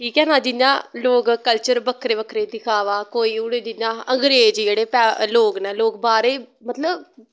ठीक ऐ न जियां लोग कल्चर बक्खरे बक्खरे दिखावा कोई हून जियां अंग्रेज़ जेह्ड़े लोग नै लोग बाह्रे मतलव